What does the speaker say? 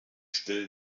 stelle